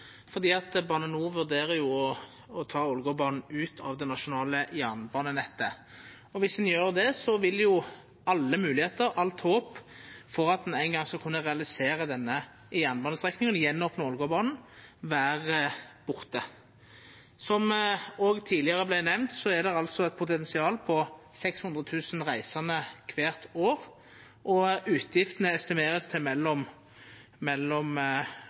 fordi Bane NOR vurderer å ta Ålgårdbanen ut av det nasjonale jernbanenettet. Viss ein gjer det, vil jo alle moglegheiter og alt håp for at ein ein gong skal kunna realisera denne jernbanestrekninga, å opna Ålgårdbanen igjen, vera borte. Som det òg tidlegare vart nemnt, er det altså eit potensial på 600 000 reisande kvart år, og estimata for reiser vert òg estimerte til